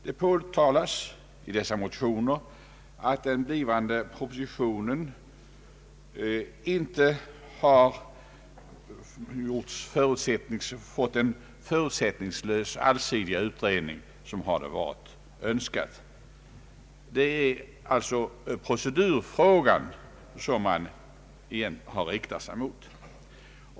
Det påtalas där att den blivande propositionen inte har föregåtts av den förutsättningslösa och allsidiga utredning som hade varit önskvärd. Det är alltså procedurfrågan, som motionärerna egentligen har riktat sig mot.